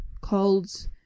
colds